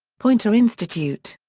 poynter institute.